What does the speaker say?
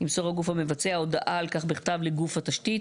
ימסור הגוף המבצע הודעה על כך בכתב לגוף התשתית